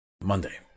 Monday